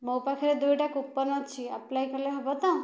ମୋ ପାଖରେ ଦୁଇଟା କୁପନ୍ ଅଛି ଆପ୍ଲାଏ କଲେ ହେବ ତ